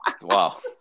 Wow